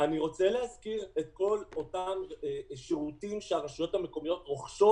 אני רוצה להזכיר את כל אותם שירותים שהרשויות המקומיות רוכשות,